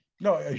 No